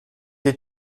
die